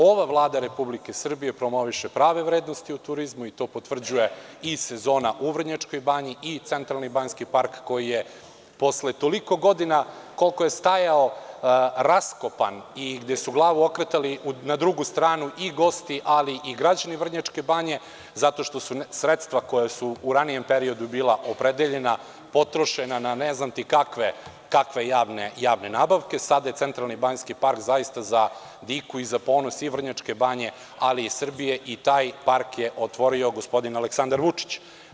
Ova Vlada Republike Srbije promoviše prave vrednosti u turizmu i to potvrđuje i sezona u Vrnjačkoj Banji i centralni banjski park, koji je posle toliko godina koliko je stajao raskopan i gde su glavu okretali na drugu stranu i gosti, ali i građani Vrnjačke Banje zato što su sredstva koja su u ranijem periodu bila opredeljena potrošena na ne znam ti ni kakve javne nabavke, sada je centralni banjski park za diku i za ponos i Vrnjačke Banje, ali i Srbije i taj park je otvorio gospodin Aleksandar Vučić.